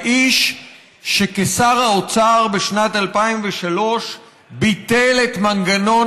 האיש שכשר האוצר בשנת 2003 ביטל את מנגנון